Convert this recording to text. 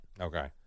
Okay